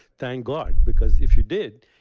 thank god because if you did,